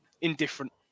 indifferent